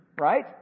right